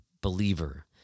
believer